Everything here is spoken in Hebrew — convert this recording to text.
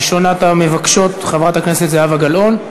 ראשונת המבקשים, חברת הכנסת זהבה גלאון.